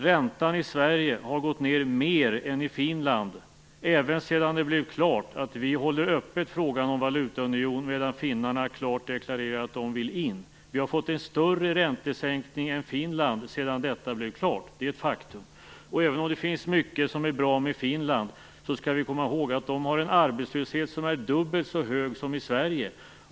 Räntan i Sverige har gått ned mer än i Finland, även sedan det blev klart att vi håller frågan om valutaunionen öppen medan finländarna klart deklarerat att de vill in. Vi har fått en större räntesänkning än Finland sedan detta blev klart. Det är ett faktum. Och även om det finns mycket som är bra med Finland skall vi komma ihåg att man där har dubbelt så hög arbetslöshet som Sverige.